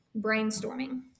brainstorming